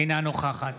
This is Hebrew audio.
אינה נוכחת